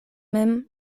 mem